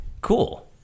Cool